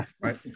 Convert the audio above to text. right